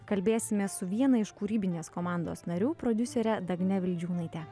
kalbėsimės su viena iš kūrybinės komandos narių prodiusere dagne vildžiūnaite